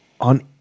on